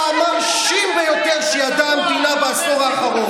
המרשים ביותר שידעה המדינה בעשור האחרון.